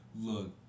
look